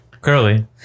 Curly